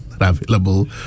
Available